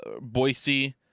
Boise